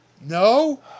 No